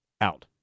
out